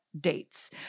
dates